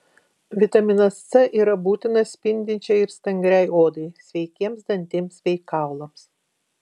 vitaminas c yra būtinas spindinčiai ir stangriai odai sveikiems dantims bei kaulams